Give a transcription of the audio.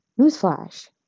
Newsflash